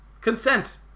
Consent